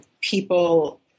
people